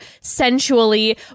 sensually